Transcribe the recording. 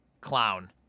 clown